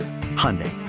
Hyundai